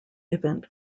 event